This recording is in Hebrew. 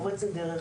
פורצת דרך,